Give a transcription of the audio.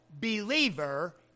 believer